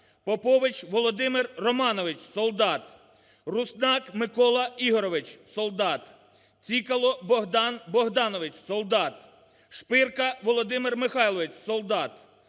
Попович Володимир Романович – солдат; Руснак Микола Ігорович – солдат; Цікало Богдан Богданович – солдат; Шпирка Володимир Михайлович – солдат;